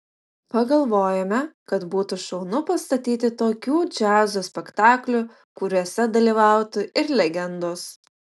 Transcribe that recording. pagalvojome kad būtų šaunu pastatyti tokių džiazo spektaklių kuriuose dalyvautų ir legendos